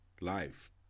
life